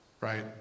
right